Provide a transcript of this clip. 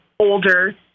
Older